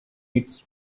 its